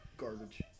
garbage